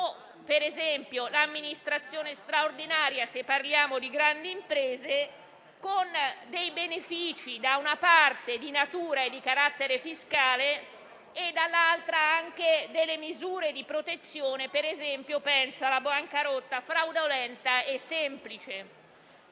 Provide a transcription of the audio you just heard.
per esempio, l'amministrazione straordinaria, se parliamo di grandi imprese, con dei benefici da una parte di carattere fiscale e, dall'altra, delle misure di protezione. Per esempio, penso alla bancarotta fraudolenta e semplice.